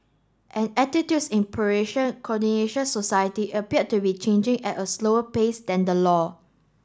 and attitudes in Croatian society appear to be changing at a slower pace than the law